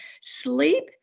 Sleep